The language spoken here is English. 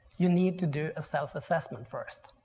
you need to do a self-assessment first.